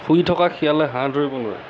শুই থকা শিয়ালে হাঁহ ধৰিব নোৱাৰে